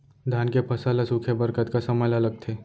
धान के फसल ल सूखे बर कतका समय ल लगथे?